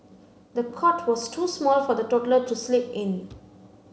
the cot was too small for the toddler to sleep in